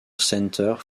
centre